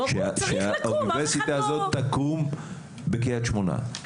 שהאוניברסיטה הזאת תקום בקרית שמונה.